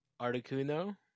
Articuno